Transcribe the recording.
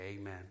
amen